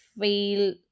feel